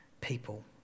people